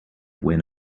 where